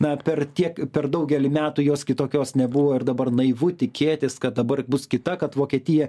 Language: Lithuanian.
na per tiek per daugelį metų jos kitokios nebuvo ir dabar naivu tikėtis kad dabar bus kita kad vokietija